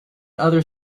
other